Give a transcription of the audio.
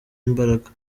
imbaraga